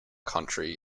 country